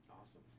Awesome